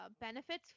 benefits